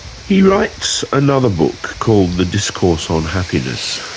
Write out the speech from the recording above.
he writes another book called the discourse on happiness.